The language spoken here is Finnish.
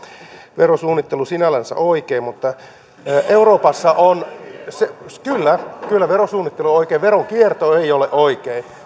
verosuunnittelu sinällänsä on oikein mutta euroopassa on kyllä kyllä verosuunnittelu on oikein veronkierto ei ole oikein